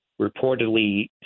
reportedly